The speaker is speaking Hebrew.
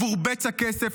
בעבור בצע כסף,